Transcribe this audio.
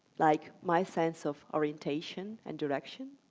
like my sense of orientation and direction,